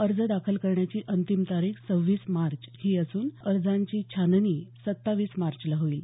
अर्ज दाखल करण्याची अंतीम तारीख सव्वीस मार्च ही असून अर्जांची छाननी सत्तावीस मार्चला होईल